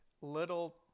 little